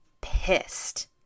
pissed